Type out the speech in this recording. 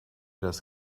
das